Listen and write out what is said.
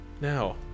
Now